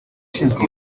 ishinzwe